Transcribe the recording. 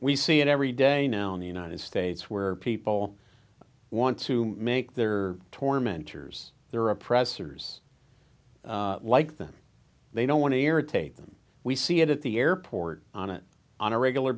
we see it every day now in the united states where people want to make their tormenters their oppressors like them they don't want to irritate them we see it at the airport on it on a regular